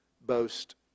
boast